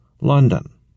London